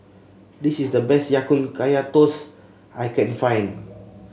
this is the best Ya Kun Kaya Toast I can find